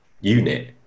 unit